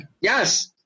yes